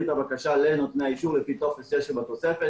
את הבקשה לנותני האישור על פי טופס 6 שבתוספת.